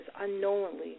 unknowingly